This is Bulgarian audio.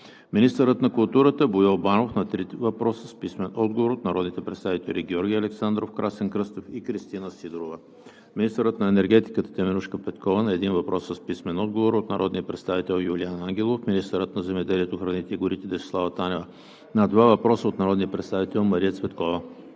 министърът на културата Боил Банов – на три въпроса с писмен отговор от народните представители Георги Александров; Красен Кръстев; и Кристина Сидорова; - министърът на енергетиката Теменужка Петкова – на един въпрос с писмен отговор от народния представител Юлиан Ангелов; - министърът на земеделието, храните и горите Десислава Танева – на два въпроса от народния представител Мария Цветкова;